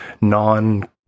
non